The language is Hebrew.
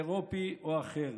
אירופי או אחר.